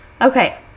Okay